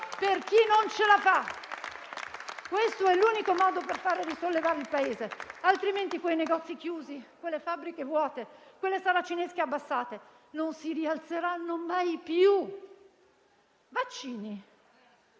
per chi non ce la fa. Questo è l'unico modo per risollevare il Paese. Altrimenti quei negozi chiusi, quelle fabbriche vuote, quelle saracinesche abbassate, non si rialzeranno mai più. Vaccini,